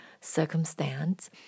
circumstance